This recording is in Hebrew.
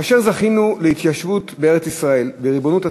כאשר זכינו להתיישבות בארץ-ישראל בריבונות עצמית,